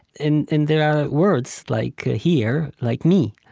and and there are words like here, like me,